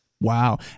Wow